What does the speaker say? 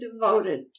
devoted